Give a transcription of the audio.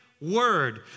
word